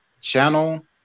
channel